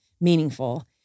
meaningful